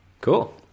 Cool